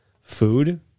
food